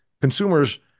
consumers